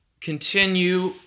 continue